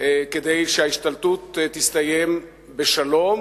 כדי שההשתלטות תסתיים בשלום,